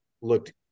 looked